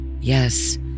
Yes